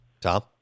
Tom